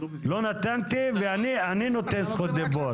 לא נתתי ואני נותן זכות דיבור.